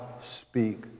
speak